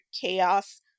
chaos